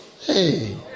Hey